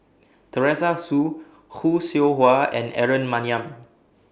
Teresa Hsu Khoo Seow Hwa and Aaron Maniam